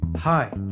Hi